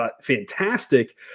fantastic